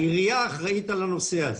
העירייה אחראית על הנושא הזה.